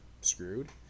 screwed